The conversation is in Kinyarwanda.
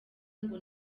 ngo